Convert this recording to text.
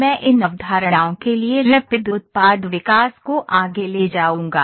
मैं इन अवधारणाओं के लिए रैपिड उत्पाद विकास को आगे ले जाऊंगा